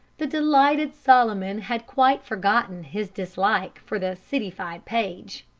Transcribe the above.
the delighted solomon had quite forgotten his dislike for the citified paige.